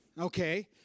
Okay